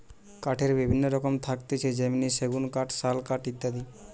কাঠের বিভিন্ন রকম থাকতিছে যেমনি সেগুন কাঠ, শাল কাঠ ইত্যাদি